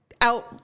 out